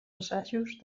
assajos